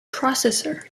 processor